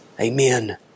Amen